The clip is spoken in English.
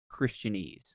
Christianese